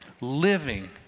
Living